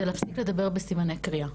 זה להפסיק לדבר בסימני קריאה,